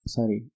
Sorry